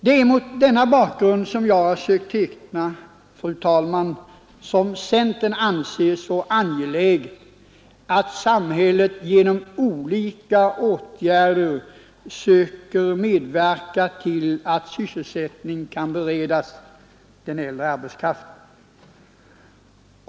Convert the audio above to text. Det är mot den bakgrund jag här tecknat, fru talman, som centern anser så angeläget att samhället genom olika åtgärder söker medverka till att sysselsättning kan beredas den äldre arbetskraften.